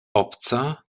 obca